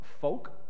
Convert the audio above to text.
folk